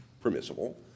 permissible